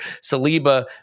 Saliba